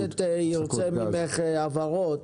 שירצה ממך הבהרות,